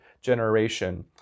generation